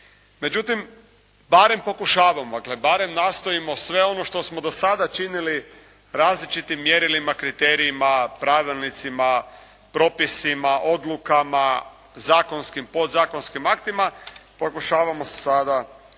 Međutim barem pokušavamo, dakle barem nastojimo sve ono što smo do sada činili različitim mjerilima, kriterijima, pravilnicima, propisima, odlukama, zakonskim, podzakonskim aktima pokušavamo sada